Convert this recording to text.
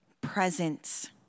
presence